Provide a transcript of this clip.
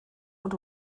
und